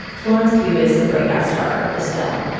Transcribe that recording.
florence pugh is the breakout star of this film.